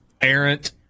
errant